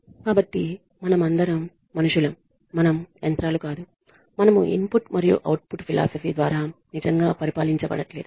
కాబట్టి మనమందరం మనుషులం మనం యంత్రాలు కాదు మనము ఇన్పుట్ మరియు అవుట్పుట్ ఫిలాసఫీ ద్వారా నిజంగా పరిపాలించబడము